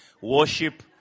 worship